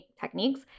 techniques